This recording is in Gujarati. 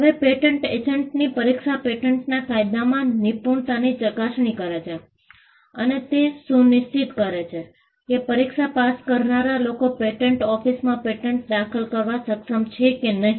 હવે પેટન્ટ એજન્ટની પરીક્ષા પેટન્ટના કાયદામાં નિપુણતાની ચકાસણી કરે છે અને તે સુનિશ્ચિત કરે છે કે પરીક્ષા પાસ કરનારા લોકો પેટન્ટ ઓફિસમાં પેટન્ટ દાખલ કરવા સક્ષમ છે કે નહીં